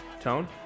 Tone